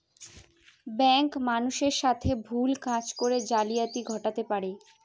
bank মানুষের সাথে ভুল কাজ করে জালিয়াতি ঘটাতে পারে